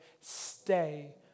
stay